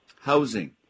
Housing